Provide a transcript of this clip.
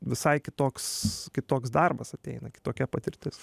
visai kitoks kitoks darbas ateina kitokia patirtis